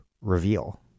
reveal